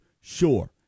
sure